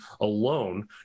alone